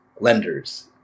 lenders